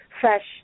fresh